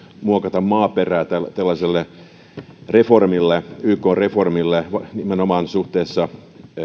muokata maaperää tällaiselle ykn reformille nimenomaan suhteessa